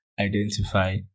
identify